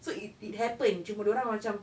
so i~ it happened cuma dia orang macam